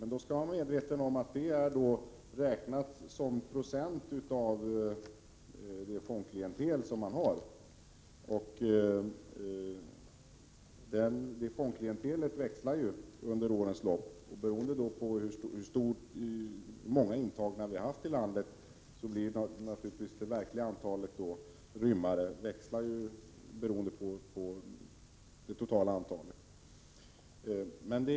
Man skall dock vara medveten om att det är räknat i procent av fångklientelet. Det fångklientelet varierar under årens lopp. Det verkliga antalet rymmare växlar naturligtvis beroende på hur många intagna vi totalt har haft i landet.